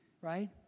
right